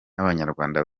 n’abanyarwanda